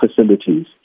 facilities